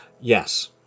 Yes